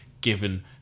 given